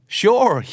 sure